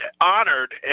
honored